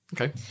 Okay